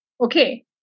Okay